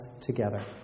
together